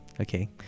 okay